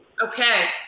Okay